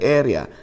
area